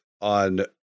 on